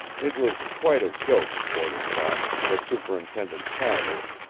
it was quite a joke, porter thought, that superintendent tavish,